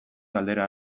galdera